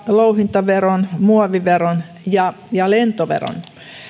louhintaveron muoviveron ja ja lentoveron